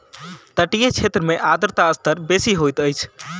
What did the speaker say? तटीय क्षेत्र में आर्द्रता स्तर बेसी होइत अछि